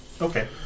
Okay